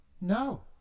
no